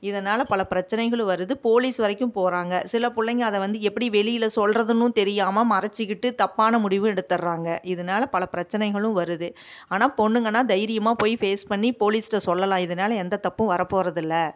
இதனால் பல பிரச்சனைகளும் வருது போலீஸ் வரைக்கும் போறாங்க சில பிள்ளைங்க அதை வந்து எப்படி வெளியில் சொல்லறதுனும் தெரியமா மறைச்சிக்கிட்டு தப்பான முடிவும் எடுத்துறாங்க இதனால பல பிரச்சனைகளும் வருது ஆனால் பொண்ணுங்கன்னா தைரியமாக போய் ஃபேஸ் பண்ணி போலீஸ்கிட்ட சொல்லலாம் இதனால எந்த தப்பும் வர போறதில்லை